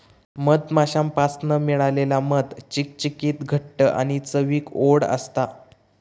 मधमाश्यांपासना मिळालेला मध चिकचिकीत घट्ट आणि चवीक ओड असता